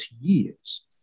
years